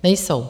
Nejsou.